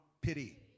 pity